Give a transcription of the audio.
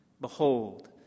Behold